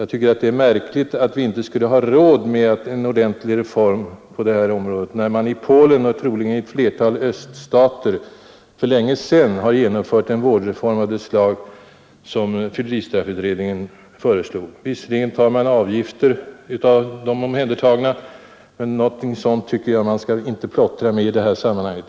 Jag tycker att det är märkligt att vi inte skulle ha råd med en ordentlig reform på detta område, när man i Polen och troligen i ett flertal andra amhället leda till en mera passiv hållning till öststater för länge sedan har genomfört en vårdreform av det slag som fylleristraffutredningen föreslog. Visserligen tar man ut avgifter av de omhändertagna, men något sådant tycker jag inte att man skall plottra med i dylika sammanhang.